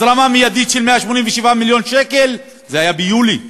הזרמה מיידית של 187 מיליון שקל, זה היה ביולי,